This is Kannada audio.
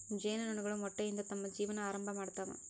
ಜೇನು ನೊಣಗಳು ಮೊಟ್ಟೆಯಿಂದ ತಮ್ಮ ಜೇವನಾ ಆರಂಭಾ ಮಾಡ್ತಾವ